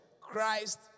Christ